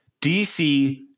DC